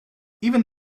even